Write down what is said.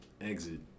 exit